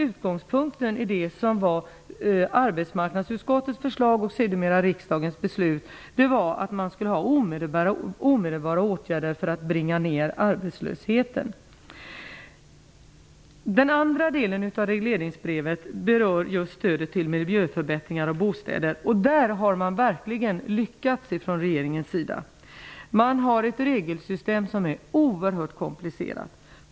Utgångspunkten för det som var arbetsmarknadsutskottets förslag och sedemera riksdagens beslut var ju att man skulle vidta åtgärder för att omedelbart bringa ned arbetslösheten. Den andra delen av regleringsbrevet berör just stödet till miljöförbättringar av bostäder. På den punkten har regeringen verkligen lyckats! Man har ett regelsystem som är oerhört komplicerat.